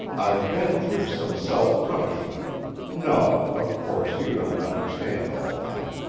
i've been through some self-punishment no! of course, you don't understand all that.